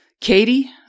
Katie